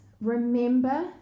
remember